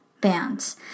bands